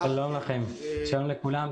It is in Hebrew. שלום לכם, שלום לכולם.